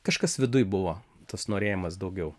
kažkas viduj buvo tas norėjimas daugiau